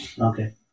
Okay